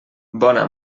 bona